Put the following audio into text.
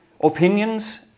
opinions